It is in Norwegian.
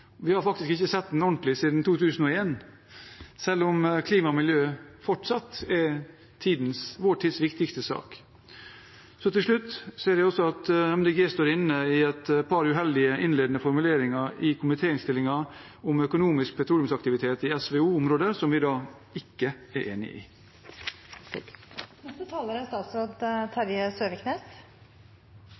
Vi har faktisk ikke sett den ordentlig siden 2001, selv om klima og miljø fortsatt er vår tids viktigste sak. Til slutt: Jeg ser at Miljøpartiet De Grønne i komitéinnstillingen står inne i et par uheldige innledende formuleringer om økonomisk petroleumsaktivitet i SVO-området, som vi ikke er enig i.